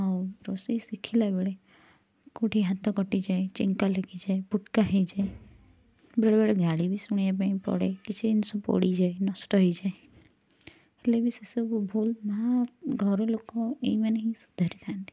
ଆଉ ରୋଷେଇ ଶିଖିଲା ବେଳେ କେଉଁଠି ହାତ କଟିଯାଏ ଚେଙ୍କା ଲାଗିଯାଏ ଫୁଟକା ହେଇଯାଏ ବେଳେ ବେଳେ ଗାଳି ବି ଶୁଣିବା ପାଇଁ ପଡ଼େ କିଛି ଜିନିଷ ପୋଡ଼ିଯାଏ ନଷ୍ଟ ହେଇଯାଏ ହେଲେ ବି ସେଇ ସବୁ ଭୁଲ ମାଁ ଘର ଲୋକ ଏଇ ମାନେ ହିଁ ସୁଧାରିଥାନ୍ତି